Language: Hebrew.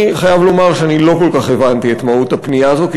אני חייב לומר שלא כל כך הבנתי את מהות הפנייה הזאת,